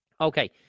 Okay